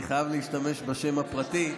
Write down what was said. אני חייב להשתמש בשם הפרטי.